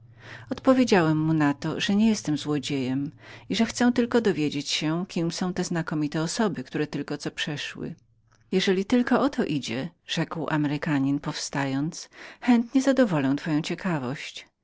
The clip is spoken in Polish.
odpowiedziałem mu na to że wcale nie byłem złodziejem i że chciałem tylko dowiedzieć się kto były te znakomite osoby które tylko co przeszły jeżeli tylko o to idzie rzekł amerykanin powstając chętnie zadowolę pańską ciekawość